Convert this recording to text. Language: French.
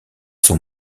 sont